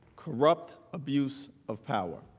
corrupt abuse of power.